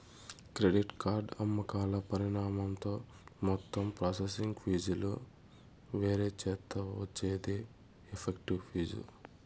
credit card అమ్మకాల పరిమాణంతో మొత్తం ప్రాసెసింగ్ ఫీజులు వేరుచేత్తే వచ్చేదే ఎఫెక్టివ్ ఫీజు